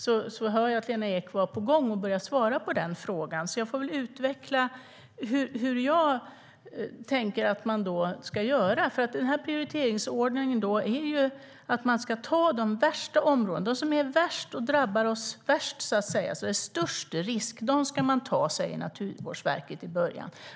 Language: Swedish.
Jag hörde att Lena Ek var på gång att börja svara på frågan. Därför får väl jag utveckla hur jag tänker att man ska göra. Prioriteringsordningen handlar om att man ska ta de värsta områdena, som drabbar oss värst och där det är störst risk, i början. De områdena ska man ta i början, säger Naturvårdsverket.